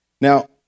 Now